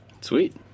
Sweet